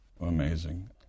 Amazing